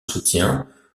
soutien